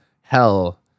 hell